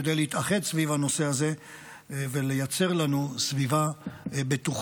כדי להתאחד סביב הנושא הזה ולייצר לנו סביבה בטוחה,